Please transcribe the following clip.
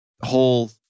whole